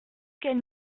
qu’elle